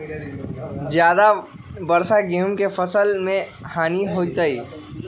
ज्यादा वर्षा गेंहू के फसल मे हानियों होतेई?